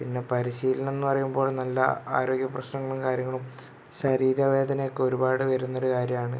പിന്നെ പരിശീലനം എന്ന് പറയുമ്പോൾ നല്ല ആരോഗ്യപ്രശ്നങ്ങളും കാര്യങ്ങളും ശരീരവേദനയൊക്കെ ഒരുപാട് വരുന്ന ഒരു കാര്യമാണ്